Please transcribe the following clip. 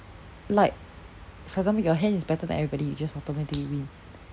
like for example your hand is better than everybody then you just automatically win